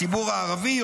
הציבור הערבי,